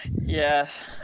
Yes